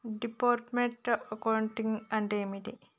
Departmental accounting అంటే ఏమిటి?